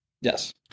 yes